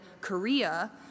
Korea